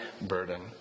burden